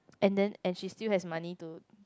and then and she still has money to